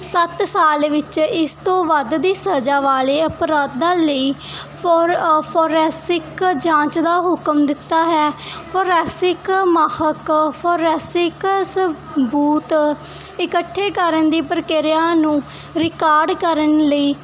ਸੱਤ ਸਾਲ ਵਿੱਚ ਇਸ ਤੋਂ ਵੱਧ ਦੀ ਸਜ਼ਾ ਵਾਲੇ ਅਪਰਾਧਾਂ ਲਈ ਫੋਰ ਫੋਰੈਸਿਕ ਜਾਂਚ ਦਾ ਹੁਕਮ ਦਿੱਤਾ ਹੈ ਫੋਰੈਸਿਕ ਮਾਹਰ ਫਰੈਸਿਕਸ ਬੂਤ ਇਕੱਠੇ ਕਰਨ ਦੀ ਪ੍ਰਕਿਰਿਆ ਨੂੰ ਰਿਕਾਰਡ ਕਰਨ ਲਈ